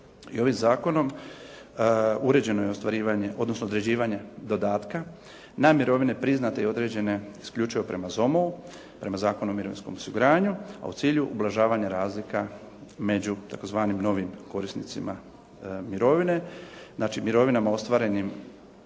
ostvarivanje odnosno određivanje dodatka na mirovine priznate i određene isključivo prema ZOMO-u, prema Zakonu o mirovinskom osiguranju a u cilju ublažavanja razlika među tzv. novim korisnicima mirovine. Znači, mirovinama ostvarenim